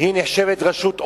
נחשבת רשות עוינת.